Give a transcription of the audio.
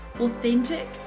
authentic